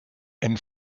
and